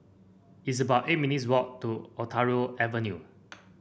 it's about eight minutes' walk to Ontario Avenue